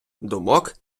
думок